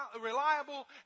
reliable